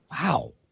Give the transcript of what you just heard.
Wow